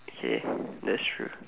okay that's true